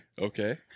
Okay